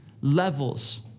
levels